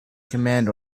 command